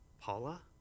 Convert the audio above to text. Paula